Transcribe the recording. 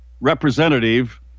representative